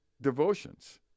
devotions